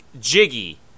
jiggy